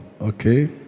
Okay